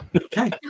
Okay